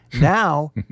Now